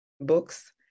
books